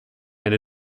and